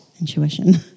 intuition